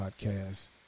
podcast